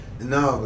No